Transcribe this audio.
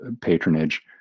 patronage